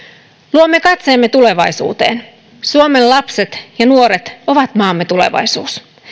luomme katseemme tulevaisuuteen suomen lapset ja nuoret ovat maamme tulevaisuus